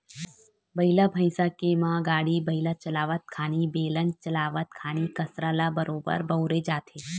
बइला भइसा के म गाड़ा बइला चलावत खानी, बेलन चलावत खानी कांसरा ल बरोबर बउरे जाथे